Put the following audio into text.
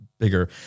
bigger